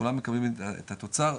כולם מקבלים את התוצר,